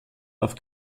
auf